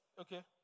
Okay